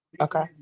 Okay